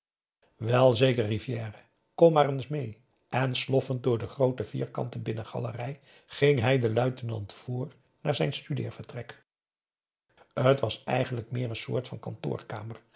wel zeker rivière kom maar eens meê en sloffend door de groote vierkante binnengalerij ging hij den luitenant voor naar zijn studeervertrek t was eigenlijk meer een soort van kantoorkamer